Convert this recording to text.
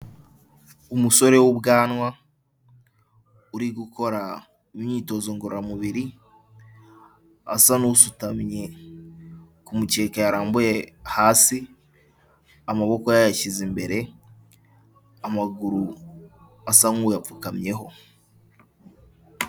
Umusore w'ubwanwa uri gukora imyitozo ngororamubiri asa n'usutamye ku mukeka yarambuye hasi amaboko yayashyize imbere, amaguru asa nk'uyapfukamyeho.